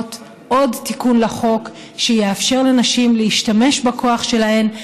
מעבירות עוד תיקון לחוק שיאפשר לנשים להשתמש בכוח שלהן,